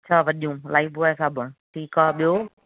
छह वॾियूं लाइफबॉय साबुणु ठीक आहे ॿियो